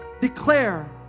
declare